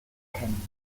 erkennen